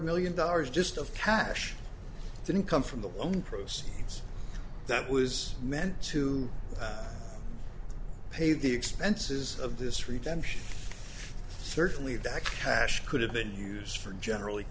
million dollars just of cash didn't come from the loan proceeds that was meant to pay the expenses of this retention certainly that cash could have been use for generally